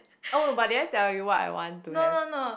oh but did I tell you what I want to have